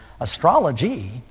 astrology